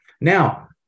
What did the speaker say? Now